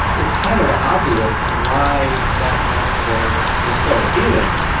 it's kind of obvious why that metaphor is so appealing.